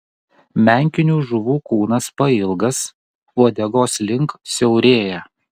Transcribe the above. menkinių žuvų kūnas pailgas uodegos link siaurėja